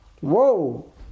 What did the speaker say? Whoa